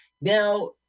Now